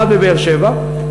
למד בבאר-שבע.